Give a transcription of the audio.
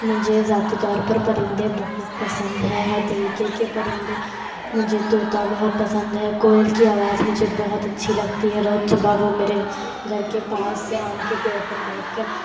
مجھے ذاتی طور پر پرندے بہت پسند ہیں ہر طریقے کے پرندے مجھے طوطا بہت پسند ہے کوئل کی آواز مجھے بہت اچھی لگتی ہے روز صبح وہ میرے گھر کے پاس آم کے پیڑ پر بیٹھ کر